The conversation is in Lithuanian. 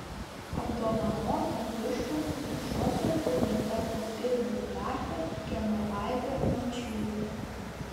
apdovanota birštono viešosios bibliotekos bibliografė genovaitė mačiūtė